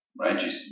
right